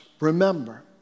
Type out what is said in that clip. remember